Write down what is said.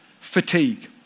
fatigue